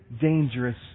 dangerous